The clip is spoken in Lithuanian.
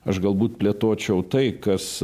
aš galbūt plėtočiau tai kas